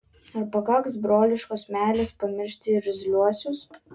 ar pakaks broliškos meilės pamiršti irzliuosius